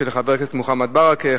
חבר הכנסת מוחמד ברכה,